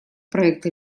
проекта